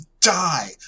die